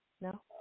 No